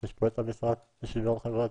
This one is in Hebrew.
יש פה את המשרד לשוויון חברתי,